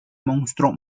monstruo